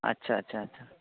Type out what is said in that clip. ᱟᱪᱪᱷᱟ ᱟᱪᱪᱷᱟ ᱟᱪᱪᱷᱟ